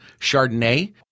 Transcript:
Chardonnay